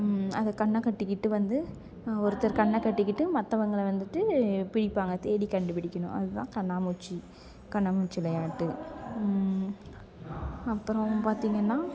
அதை கண்ணக்கட்டிக்கிட்டு வந்து ஒருத்தர் கண்ண கட்டிக்கிட்டு மற்றவங்கள வந்துட்டு பிடிப்பாங்க தேடி கண்டுபிடிக்கணும் அது தான் கண்ணாமூச்சி கண்ணாமூச்சி விளையாட்டு அப்பறம் பார்த்தீங்கன்னா